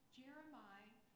Jeremiah